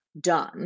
done